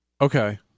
Okay